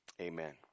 amen